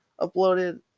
uploaded